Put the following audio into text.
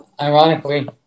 ironically